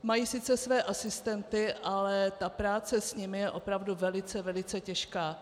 Mají sice své asistenty, ale práce s nimi je opravdu velice, velice těžká.